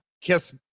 Kiss